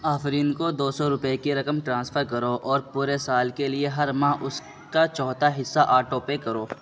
آفرین کو دو سو روپے کی رقم ٹرانسفر کرو اور پورے سال کے لیے ہر ماہ اس کا چوتھا حصہ آٹو پے کرو